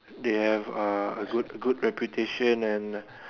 they have uh a good good reputation and